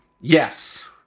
yes